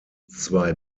zwei